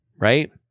right